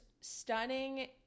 stunning